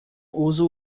uso